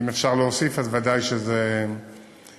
אם אפשר להוסיף, ודאי שזה נכון.